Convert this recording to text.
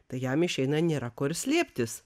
tai jam išeina nėra ko ir slėptis